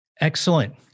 Excellent